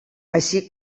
així